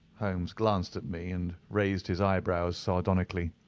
holmes glanced at me and raised his eyebrows sardonically.